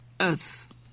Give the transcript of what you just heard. earth